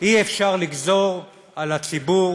אי-אפשר לגזור על הציבור